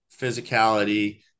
physicality